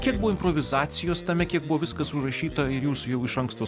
kiek buvo improvizacijos tame kiek buvo viskas surašyta ir jūs jau iš anksto